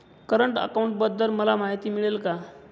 Current अकाउंटबद्दल मला माहिती मिळेल का?